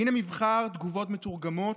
הינה מבחר תגובות מתורגמות: